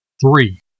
Three